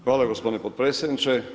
Hvala gospodine potpredsjedniče.